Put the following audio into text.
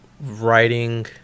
writing –